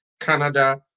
Canada